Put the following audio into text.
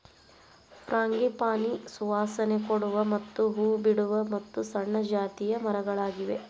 frangipani ಸುವಾಸನೆ ಕೊಡುವ ಮತ್ತ ಹೂ ಬಿಡುವ ಮತ್ತು ಸಣ್ಣ ಜಾತಿಯ ಮರಗಳಾಗಿವೆ